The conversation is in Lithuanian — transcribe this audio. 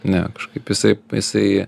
ne kažkaip jisai jisai